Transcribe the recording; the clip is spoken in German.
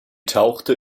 tauchte